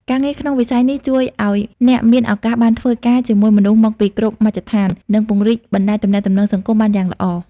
ការងារក្នុងវិស័យនេះជួយឱ្យអ្នកមានឱកាសបានធ្វើការជាមួយមនុស្សមកពីគ្រប់មជ្ឈដ្ឋាន និងពង្រីកបណ្តាញទំនាក់ទំនងសង្គមបានយ៉ាងល្អ។